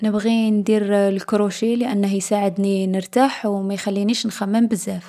نبغي ندير الكروشي لأنه يساعدني نرتاح و ما يخلينيش نخمم بزاف.